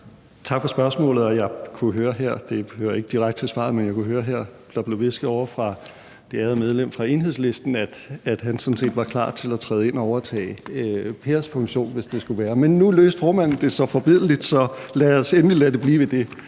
ikke direkte med til svaret – at det blev hvisket ovre fra det ærede medlem af Enhedslisten, at han sådan set var klar til at træde ind og overtage Per Larsens funktion, hvis det skulle være, men nu løste formanden det så forbilledligt, så lad os endelig lade det blive ved det.